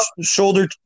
shoulder